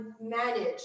manage